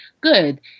good